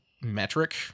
metric